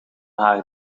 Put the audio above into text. haar